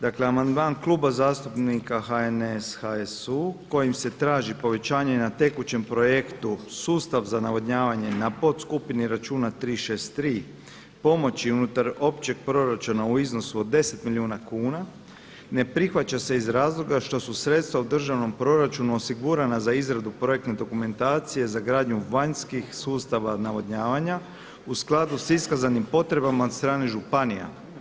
Dakle, amandman Kluba zastupnika HNS, HSU kojim se traži povećanje na tekućem projektu Sustav za navodnjavanje na podskupini računa 363 – Pomoći unutar općeg proračuna, u iznosu od 10 milijuna kuna, ne prihvaća se iz razloga što su sredstva u državnom proračunu osigurana za izradu projektne dokumentacije za gradnju vanjskih sustava navodnjavanja u skladu sa iskazanim potrebama od strane županija.